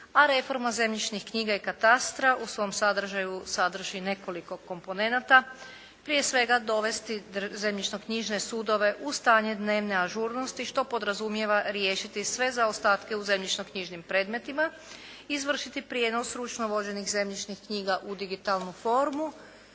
a reforma zemljišnih knjiga i katastra u svom sadržaju sadrži nekoliko komponenata, prije svega dovesti zemljišnoknjižne sudove u stanje dnevne ažurnosti što podrazumijeva riješiti sve zaostatke u zemljišnoknjižnim predmetima, izvršiti prijenos stručno vođenih zemljišnih knjiga u digitalnu formu,